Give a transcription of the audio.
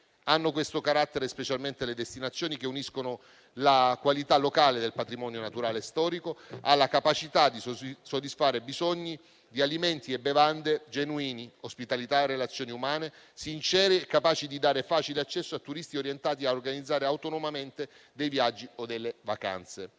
Hanno questo carattere specialmente le destinazioni che uniscono la qualità locale del patrimonio naturale e storico alla capacità di soddisfare i bisogni di alimenti e bevande genuini, ospitalità e relazioni umane sinceri e capaci di dare facile accesso a turisti orientati a organizzare autonomamente viaggi o vacanze.